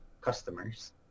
customers